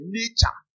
nature